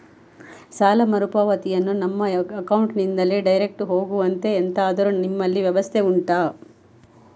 ಸಾಲ ಮರುಪಾವತಿಯನ್ನು ನಮ್ಮ ಅಕೌಂಟ್ ನಿಂದಲೇ ಡೈರೆಕ್ಟ್ ಹೋಗುವಂತೆ ಎಂತಾದರು ನಿಮ್ಮಲ್ಲಿ ವ್ಯವಸ್ಥೆ ಉಂಟಾ